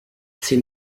she